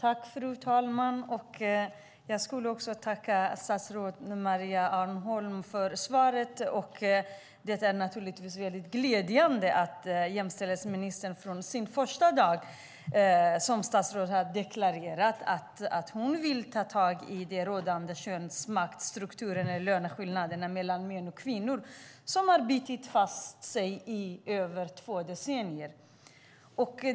Fru talman! Jag vill tacka statsrådet Maria Arnholm för svaret. Det är naturligtvis mycket glädjande att jämställdhetsministern redan på sin första dag som statsråd deklarerade att hon vill ta tag i de rådande könsmaktsstrukturerna när det gäller löneskillnaderna mellan män och kvinnor, vilka bitit sig fast i över två decennier.